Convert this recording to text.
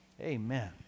Amen